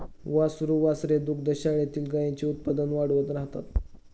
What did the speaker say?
वासरू वासरे दुग्धशाळेतील गाईंचे उत्पादन वाढवत राहतात